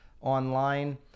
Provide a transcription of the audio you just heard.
online